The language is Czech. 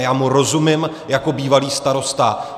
Já mu rozumím jako bývalý starosta.